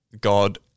God